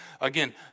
Again